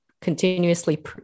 continuously